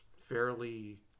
fairly